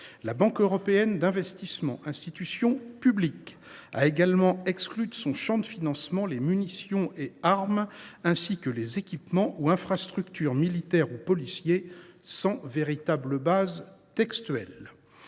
La Banque européenne d’investissement (BEI), institution publique, a également exclu de son champ de financement les munitions et les armes, ainsi que les équipements ou infrastructures militaires ou policiers, sans véritable base textuelle.